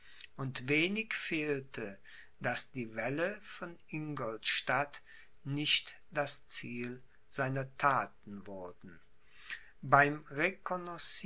und wenig fehlte daß die wälle von ingolstadt nicht das ziel seiner thaten wurden beim